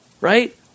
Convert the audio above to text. right